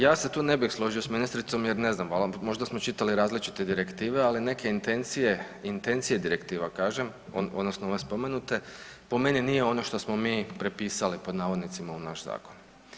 Ja se tu ne bih složio s ministricom jer ne znam možda smo čitali različite direktive, ali neke intencije, intencije direktiva kažem odnosno ove spomenute po meni nije ono što smo mi prepisali pod navodnicima u naš zakon.